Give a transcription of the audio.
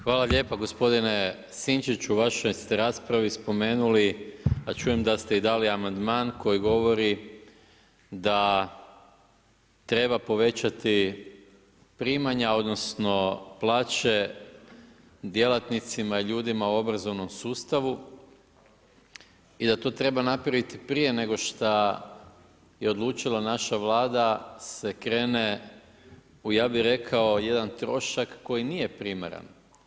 Hvala lijepo gospodine Sinčiću, u vašoj ste raspravi spomenuli, a čujem da ste dali amandman, koji govori da treba povećati primanja, odnosno, plaće djelatnicima i ljudima u obrazovnom sustavu i da to treba napraviti prije nego što je odlučila naša Vlada se krene u ja bi rekao jedan trošak koji nije primaran.